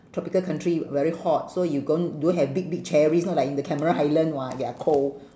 tropical country very hot so you gon~ don't have big big cherries not like in the cameron highland [what] they are cold